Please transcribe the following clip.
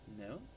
No